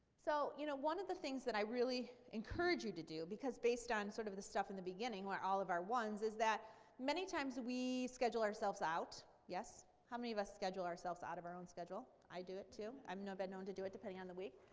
so you know one of the things that i really encourage you to do because based on sort of the stuff in the beginning where are all of our ones is that many times we schedule ourselves out. yes? how many of us schedule ourselves out of our own schedule? i do it, too. um i've been known to do it depending on the week,